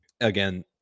Again